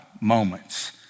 moments